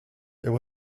there